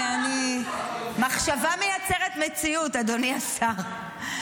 מחשבה מייצרת מציאות, אדוני השר.